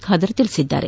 ಖಾದರ್ ತಿಳಿಸಿದ್ದಾರೆ